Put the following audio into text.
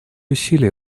усилия